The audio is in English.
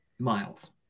Miles